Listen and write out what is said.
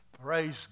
Praise